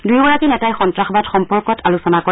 দুয়োগৰাকী নেতাই সন্তাসবাদ সম্পৰ্কত আলোচনা কৰে